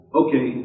okay